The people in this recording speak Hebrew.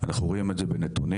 אנחנו רואים את זה בנתונים.